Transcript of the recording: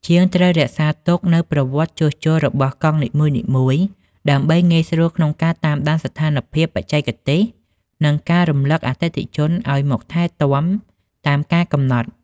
ជាងត្រូវរក្សាទុកនូវប្រវត្តិជួសជុលរបស់កង់នីមួយៗ ដើម្បីងាយស្រួលក្នុងការតាមដានស្ថានភាពបច្ចេកទេស និងការរំលឹកអតិថិជនឱ្យមកថែទាំតាមកាលកំណត់។